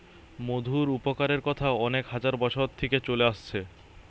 মধুর উপকারের কথা অনেক হাজার বছর থিকে চলে আসছে